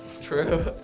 True